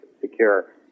secure